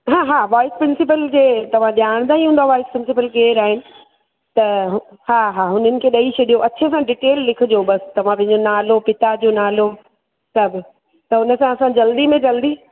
हा हा vice principal खे तव्हां ॼाणंदा ई हूंदा वाईस प्रिंसीपल केरु आहिनि त हा हा हुननि खे ॾेई छॾियो अच्छे सां डिटेल लिखिजो बसि तव्हां पंहिंजो नालो पिता जो नालो सभु त हुनसां असां जल्दी में जल्दी